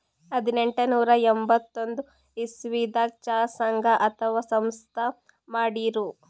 ಹದನೆಂಟನೂರಾ ಎಂಬತ್ತೊಂದ್ ಇಸವಿದಾಗ್ ಚಾ ಸಂಘ ಅಥವಾ ಸಂಸ್ಥಾ ಮಾಡಿರು